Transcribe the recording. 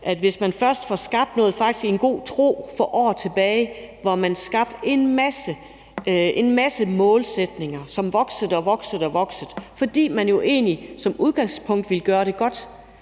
at man skabte noget i god tro for år tilbage, hvor man lavede en masse målsætninger, som voksede og voksede, fordi man jo egentlig som udgangspunkt ville gøre det godt,